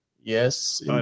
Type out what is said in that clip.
Yes